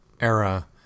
era